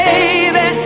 baby